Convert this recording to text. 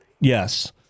Yes